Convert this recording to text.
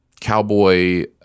cowboy